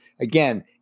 again